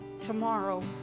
Tomorrow